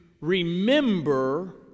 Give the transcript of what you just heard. remember